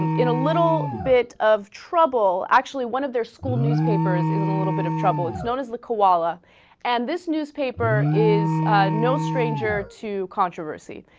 and in a little bit of trouble actually one of their school newspapers is and a little bit of trouble it's known as the koala and this newspaper is no stranger to controversy